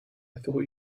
thought